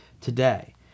today